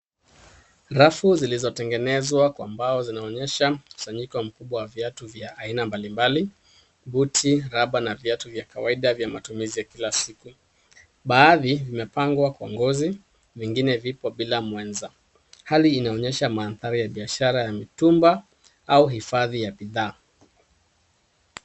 Rafu zilizotengenezwa kwa mbao zinaonyesha mkusanyiko mkubwa wa viatu aina mbalimbali . Buti, raba na viatu vya kawaida vya matumizi ya kila siku. Baadhi vimepangwa kwa ngozi , vingine vipo bila mwenza. Hali inaonyesha mandhari ya biashara ya mitumba au hifadhi ya bidhaa.